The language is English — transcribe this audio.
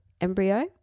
embryo